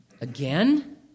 Again